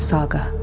Saga